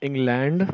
England